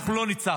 אנחנו לא ניצחנו,